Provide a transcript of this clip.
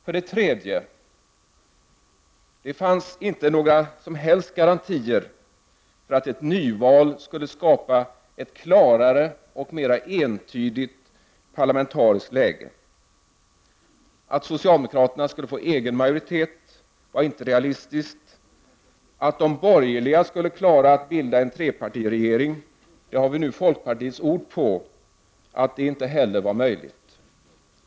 För det tredje: Det fanns inga som helst garantier för att ett nyval skulle skapa ett klarare och mer entydigt parlamentariskt läge. Att socialdemokraterna skulle få egen majoritet var inte ett realistiskt alternativ. Att de borgerliga skulle klara av att bilda en trepartiregering var inte heller möjligt. Det har vi nu folkpartiets ord på.